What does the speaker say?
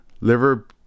Liver